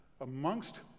amongst